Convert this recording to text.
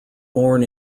born